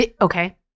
Okay